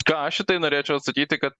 ką aš į tai norėčiau atsakyti kad